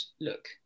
look